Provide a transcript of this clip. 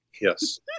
Yes